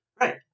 Right